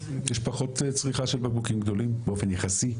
יש פחות צריכה של בקבוקים גדולים באופן יחסי.